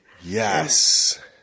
Yes